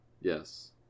Yes